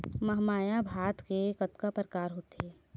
महमाया भात के कतका प्रकार होथे?